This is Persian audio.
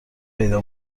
پیدا